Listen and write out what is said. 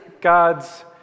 God's